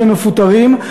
שהם מפוטרים.